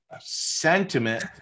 sentiment